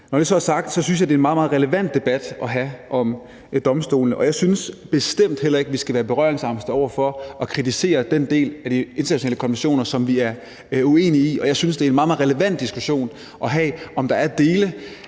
Når det så er sagt, synes jeg, det er en meget, meget relevant debat at have om domstolene, og jeg synes bestemt heller ikke, at vi skal være berøringsangste over for at kritisere den del af de internationale konventioner, som vi er uenige i. Jeg synes, at det er en meget, meget relevant diskussion at have, om der er dele